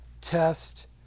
test